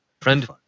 Friend